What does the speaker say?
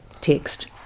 text